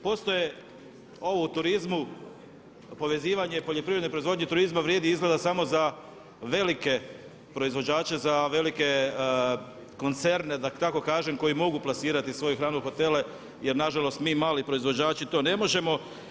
Postoje ovo u turizmu povezivanje poljoprivredne proizvodnje i turizma vrijedi izgleda samo za velike proizvođače za velike koncerne da tako kažem koji mogu plasirati svoju hranu u hotele jer nažalost mi mali proizvođači to ne možemo.